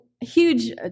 huge